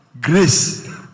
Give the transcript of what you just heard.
grace